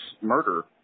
murder